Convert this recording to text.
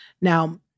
Now